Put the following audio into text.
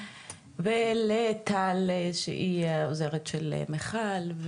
ולטל שהיא העוזרת של מיכל,